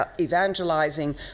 evangelizing